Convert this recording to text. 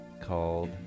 called